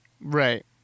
Right